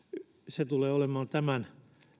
se tulee olemaan tämän